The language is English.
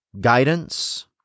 guidance